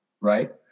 right